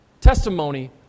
testimony